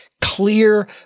clear